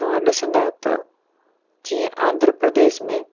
तव्हां ॾिसंदा त जीअं आंध्र प्रदेश में